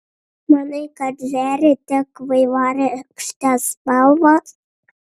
manai kad žėri tik vaivorykštės spalvos